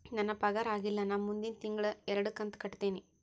ನನ್ನ ಪಗಾರ ಆಗಿಲ್ಲ ನಾ ಮುಂದಿನ ತಿಂಗಳ ಎರಡು ಕಂತ್ ಕಟ್ಟತೇನಿ